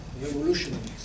revolutionaries